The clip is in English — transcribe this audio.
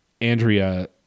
Andrea